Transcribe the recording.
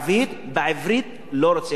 בעברית לא רוצה להתייחס אליו.